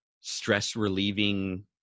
stress-relieving